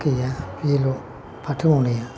गैया बेल' फाथो मावनाया